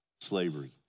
slavery